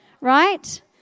right